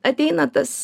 ateina tas